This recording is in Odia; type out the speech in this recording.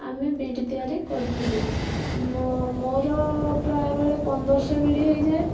ଆମେ ବିଡ଼ି ତିଆରି କରୁଥିଲୁ ମୋ ମୋର ପ୍ରାୟ ବେଳେ ପନ୍ଦରଶହ ବିଡ଼ି ହେଇଯାଏ